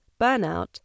burnout